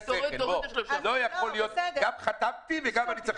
זה לא יכול להיות שגם חתמתי וגם אני צריך